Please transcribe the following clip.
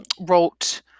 wrote